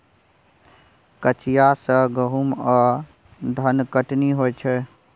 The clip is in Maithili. कचिया सँ गहुम आ धनकटनी होइ छै